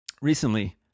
Recently